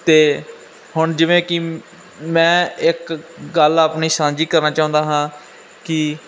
ਅਤੇ ਹੁਣ ਜਿਵੇਂ ਕਿ ਮੈਂ ਇੱਕ ਗੱਲ ਆਪਣੀ ਸਾਂਝੀ ਕਰਨਾ ਚਾਹੁੰਦਾ ਹਾਂ ਕੀ